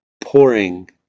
pouring